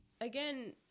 again